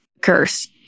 curse